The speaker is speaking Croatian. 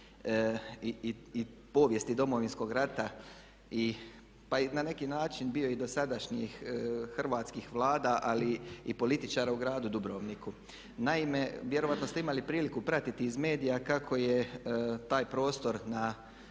i povijesti Domovinskog rata i, pa i na neki način bio i dosadašnjih hrvatskih vlada ali i političara u gradu Dubrovniku. Naime, vjerojatno ste imali priliku pratiti iz medija kako je taj prostor na